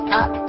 up